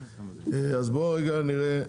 אז נראה,